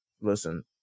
Listen